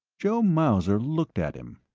joe mauser looked at him.